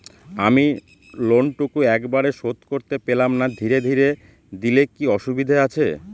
আমি লোনটুকু একবারে শোধ করতে পেলাম না ধীরে ধীরে দিলে কি অসুবিধে আছে?